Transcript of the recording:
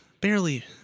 barely